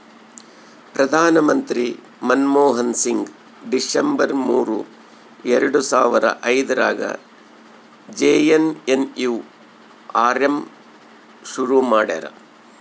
ಪ್ರಧಾನ ಮಂತ್ರಿ ಮನ್ಮೋಹನ್ ಸಿಂಗ್ ಡಿಸೆಂಬರ್ ಮೂರು ಎರಡು ಸಾವರ ಐದ್ರಗಾ ಜೆ.ಎನ್.ಎನ್.ಯು.ಆರ್.ಎಮ್ ಶುರು ಮಾಡ್ಯರ